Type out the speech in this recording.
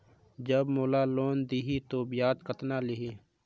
जब मोला लोन देही तो ब्याज कतना लेही?